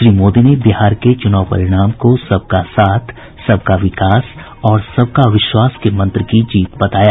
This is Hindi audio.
श्री मोदी ने बिहार के चुनाव परिणाम को सबका साथ सबका विकास और सबका विश्वास के मंत्र की जीत बताया